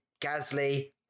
Gasly